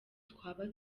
twaba